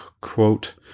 quote